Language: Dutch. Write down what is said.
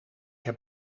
heb